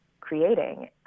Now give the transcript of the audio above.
creating